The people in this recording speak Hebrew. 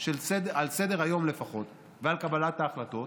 של התנועה האסלאמית על סדר-היום לפחות ועל קבלת ההחלטות